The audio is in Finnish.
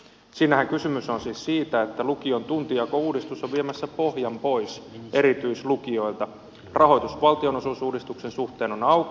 siinähän kysymys on siis siitä että lukion tuntijakouudistus on viemässä pohjan pois erityislukioilta rahoitus valtionosuusuudistuksen suhteen on auki